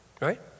Right